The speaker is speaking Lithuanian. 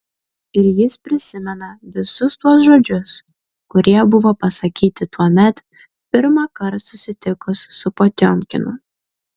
ir jis prisimena visus tuos žodžius kurie buvo pasakyti tuomet pirmąkart susitikus su potiomkinu